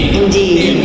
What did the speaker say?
indeed